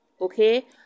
Okay